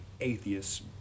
atheists